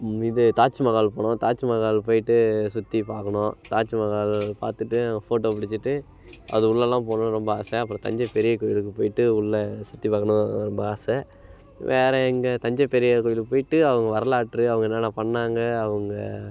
இது தாஜ்மஹால் போகணும் தாஜ்மஹால் போயிட்டு சுற்றிப் பார்க்கணும் தாஜ்மஹால் பார்த்துட்டு அங்கே ஃபோட்டோ பிடிச்சிட்டு அது உள்ளேலாம் போகணுன்னு ரொம்ப ஆசை அப்புறம் தஞ்சை பெரிய கோவிலுக்கு போயிட்டு உள்ளே சுற்றி பார்க்கணுன்னு ரொம்ப ஆசை வேறு இங்கே தஞ்சை பெரிய கோவிலுக்கு போயிட்டு அவங்க வரலாற்று அவங்க என்னென்னா பண்ணிணாங்க அவங்க